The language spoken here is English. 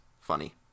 funny